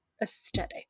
aesthetic